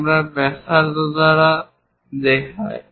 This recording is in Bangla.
আমরা ব্যাসার্ধ দ্বারা দেখাই